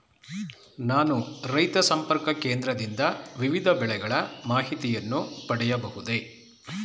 ನಾನು ರೈತ ಸಂಪರ್ಕ ಕೇಂದ್ರದಿಂದ ವಿವಿಧ ಬೆಳೆಗಳ ಮಾಹಿತಿಯನ್ನು ಪಡೆಯಬಹುದೇ?